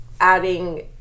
adding